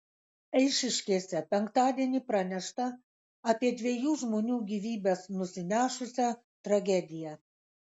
eišiškėse penktadienį pranešta apie dviejų žmonių gyvybes nusinešusią tragediją